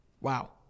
Wow